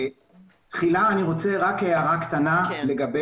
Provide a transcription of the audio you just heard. תחילה אני רוצה להעיר הערה קטנה לגבי